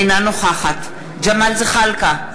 אינה נוכחת ג'מאל זחאלקה,